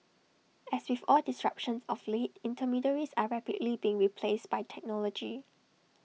as with all disruptions of late intermediaries are rapidly being replaced by technology